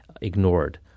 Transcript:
ignored